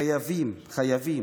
חייבים, חייבים,